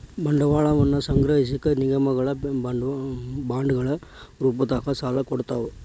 ಬಂಡವಾಳವನ್ನ ಸಂಗ್ರಹಿಸಕ ನಿಗಮಗಳ ಬಾಂಡ್ಗಳ ರೂಪದಾಗ ಸಾಲನ ಕೊಡ್ತಾವ